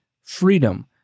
freedom